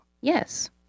yes